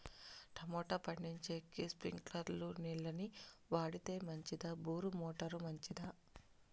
Tomato పండించేకి స్ప్రింక్లర్లు నీళ్ళ ని వాడితే మంచిదా బోరు మోటారు మంచిదా?